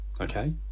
okay